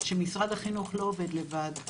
שמשרד החינוך לא עובד לבד,